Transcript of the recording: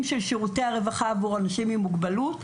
של שירותי הרווחה עבור אנשים עם מוגבלות.